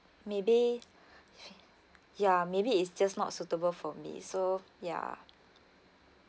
maybe ya maybe it's just not suitable for me so ya